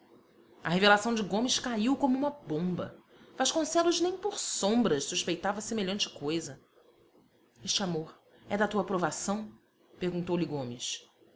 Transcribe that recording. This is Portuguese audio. a revelação de gomes caiu como uma bomba vasconcelos nem por sombras suspeitava semelhante coisa este amor é da tua aprovação